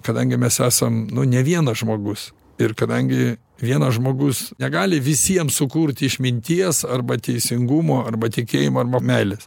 kadangi mes esam ne vienas žmogus ir kadangi vienas žmogus negali visiem sukurti išminties arba teisingumo arba tikėjimo arba meilės